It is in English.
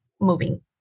moving